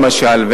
למשל,